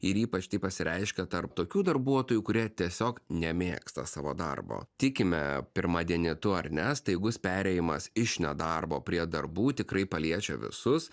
ir ypač tai pasireiškia tarp tokių darbuotojų kurie tiesiog nemėgsta savo darbo tikime pirmadienitu ar ne staigus perėjimas iš nedarbo prie darbų tikrai paliečia visus